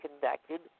conducted